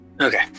Okay